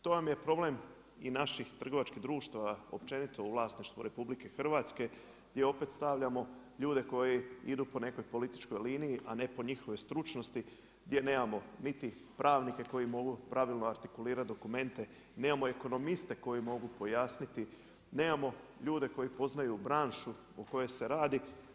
To vam je problem i naših trgovačkih društava općenito u vlasništvu RH, gdje opet stavljamo ljude koji idu po nekoj političkoj liniji, a ne po njihovoj stručnosti gdje nemamo niti pravnike koji mogu pravilno artikulirati dokumente, nemamo ekonomiste koji mogu pojasniti, nemamo ljude koji poznaju branšu o kojoj se radi.